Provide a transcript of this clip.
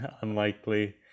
Unlikely